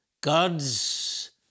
God's